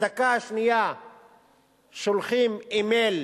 בדקה השנייה שולחים אימייל